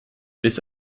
bis